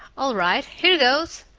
all right here goes!